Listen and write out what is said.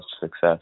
success